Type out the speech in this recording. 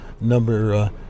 number